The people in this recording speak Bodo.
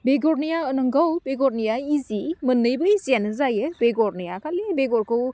बेगरनिया नंगौ बेगरनिया इजि मोननैबो इजियानो जायो बेगरनिया खालि बेगरखौ